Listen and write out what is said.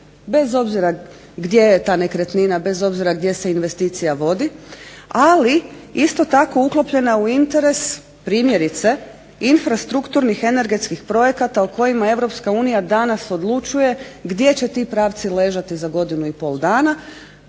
bez obzira gdje je ta nekretnina, bez obzira gdje se investicija vodi ali isto tako uklopljena u interes primjerice infrastrukturnih energetskih projekata o kojima EU danas odlučuje gdje će ti pravci ležati za godinu i pol dana,